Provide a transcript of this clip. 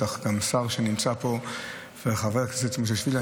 השר שנמצא פה וחבר הכנסת מושיאשוילי.